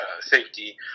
safety